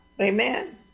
Amen